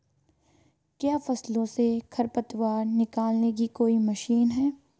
क्या फसलों से खरपतवार निकालने की कोई मशीन है?